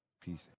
Peace